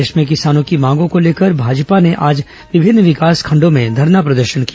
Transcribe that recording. प्रदेश में किसानों की मांगों को लेकर भाजपा ने आज विभिन्न विकासखंडों में धरना प्रदर्शन किया